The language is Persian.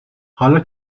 حالا